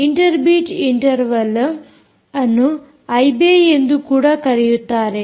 inter beat ಇಂಟರ್ವಲ್ಅನ್ನು IBI ಎಂದು ಕೂಡ ಕರೆಯುತ್ತಾರೆ